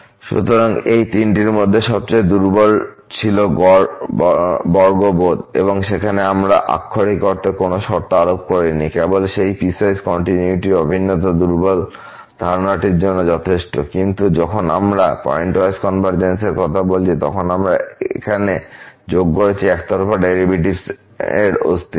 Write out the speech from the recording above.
সুতরাং এই তিনটির মধ্যে সবচেয়ে দুর্বল ছিল গড় বর্গবোধ এবং সেখানে আমরা আক্ষরিক অর্থে কোন শর্ত আরোপ করিনি কেবল সেই পিসওয়াইস কন্টিনিউয়িটি অভিন্নতার দুর্বল ধারণার জন্য যথেষ্ট কিন্তু যখন আমরা পয়েন্টওয়াইজ কনভারজেন্সের কথা বলছি তখন আমরা এখানে যোগ করেছি একতরফা ডেরিভেটিভের অস্তিত্ব